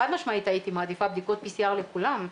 חד משמעית הייתי מעדיפה בדיקותPCR לכולם.